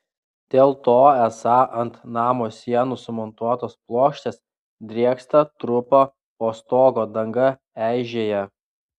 dėl to esą ant namo sienų sumontuotos plokštės drėksta trupa o stogo danga eižėja